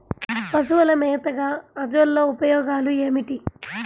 పశువుల మేతగా అజొల్ల ఉపయోగాలు ఏమిటి?